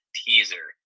teaser